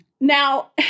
Now